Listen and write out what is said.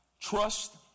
Trust